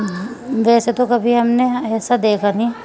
ویسے تو کبھی ہم نے ایسا دیکھا نہیں